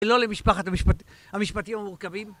לא למשפחת המשפטים המורכבים